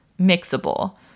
mixable